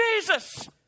Jesus